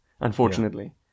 unfortunately